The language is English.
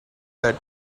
that